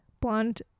blonde